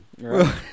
Right